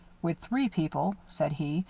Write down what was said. with three people, said he,